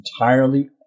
entirely